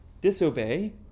Disobey